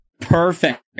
Perfect